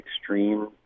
extreme